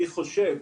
אני חושב,